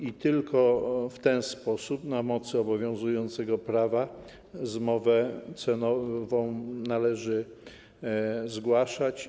I tylko w ten sposób, na mocy obowiązującego prawa, zmowę cenową należy zgłaszać.